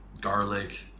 garlic